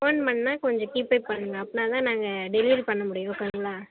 phone பண்ணால் கொஞ்சம் keep up பண்ணுங்கள் அப்படினாதான் நாங்கள் டெலிவரி பண்ண முடியும் ஓகேங்களா